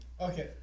okay